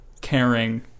caring